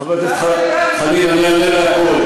חבר הכנסת חנין, אני אענה על הכול.